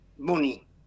money